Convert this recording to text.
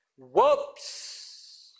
Whoops